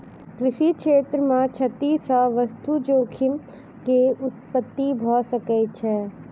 कृषि क्षेत्र मे क्षति सॅ वास्तु जोखिम के उत्पत्ति भ सकै छै